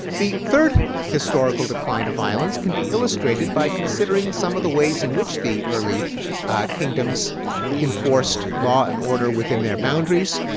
the third historical decline of violence can be illustrated by considering some of the ways in which the early kingdoms enforced law and order within their boundaries,